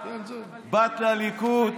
באת לליכוד,